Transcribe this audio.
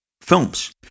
films